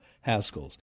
Haskell's